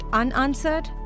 unanswered